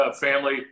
family